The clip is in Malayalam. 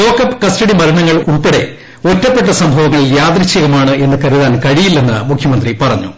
ലോക്കപ്പ് കസ്റ്റഡിമരണങ്ങൾ ളൂൾപ്പെടെ ഒറ്റപ്പെട്ട സംഭവങ്ങൾ യാദൃശ്ചികമാണ് എന്ന് കരുത്യിൻ ക്ഴിയില്ലെന്ന് മുഖ്യമന്ത്രി പറഞ്ഞു